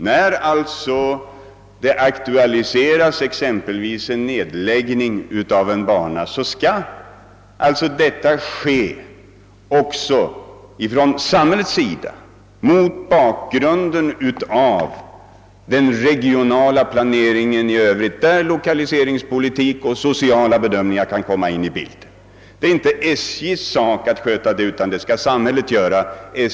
När exempelvis en nedläggning av en bana aktualiseras, skall detta ur samhällets synpunkt ses mot bakgrunden av den regionala planeringen i övrigt, där lokaliseringspolitik och sociala bedömningar kan komma in i bilden. Det är inte SJ:s sak att sköta detta, ty det skall samhället göra.